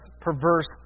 perverse